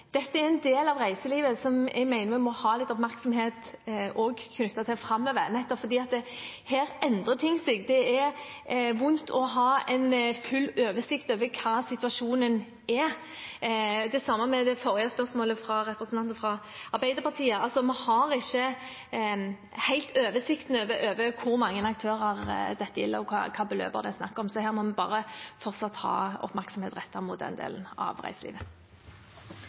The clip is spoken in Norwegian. del av reiselivet som jeg mener vi må ha litt oppmerksomhet knyttet til framover nettopp fordi ting endrer seg. Det er vanskelig å ha en full oversikt over hva situasjonen er. Det samme gjelder det forrige spørsmålet fra representanten fra Arbeiderpartiet. Vi har ikke helt oversikt over hvor mange aktører dette gjelder, og hvilke beløp det er snakk om. En må bare ha fortsatt oppmerksomhet rettet mot den delen av reiselivet.